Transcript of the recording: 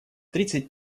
тридцать